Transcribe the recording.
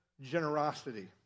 generosity